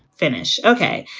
finish, ok.